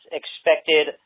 expected